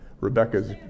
Rebecca's